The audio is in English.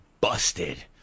busted